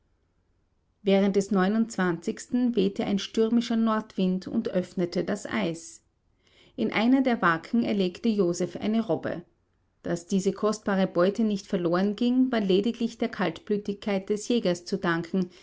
während des wehte ein stürmischer nordwind und öffnete das eis in einer der waken erlegte joseph eine robbe daß diese kostbare beute nicht verloren ging war lediglich der kaltblütigkeit des jägers zu danken